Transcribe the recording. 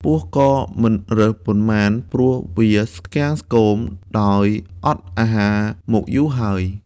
ពស់ក៏មិនរើប៉ុន្មានព្រោះវាស្គាំងស្គមដោយអត់អាហារមកយូរហើយ។